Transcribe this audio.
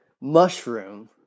mushroom